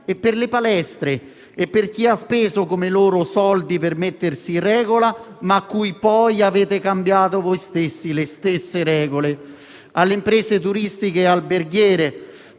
per le palestre e per chi ha speso, come loro, soldi per mettersi in regola, ma cui poi avete cambiato, voi stessi, le stesse regole. Ancora, penso alle imprese turistiche e alberghiere,